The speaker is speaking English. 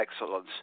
excellence